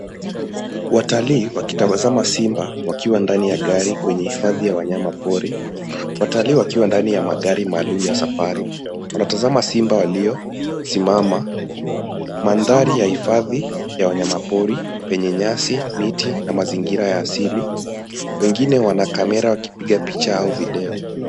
Watalii wakiwatazama simba ndani ya gari kwenye hifadhi ya wanyama pori. Watalii wakiwa ndani ya magari maalamu ya safari wanatazama simba waliosimama. Mandhari ya hifadhi ya wanyama pori penye nyasi, miti na mazingira ya asili, wengine wana kamera wakipiga picha au video.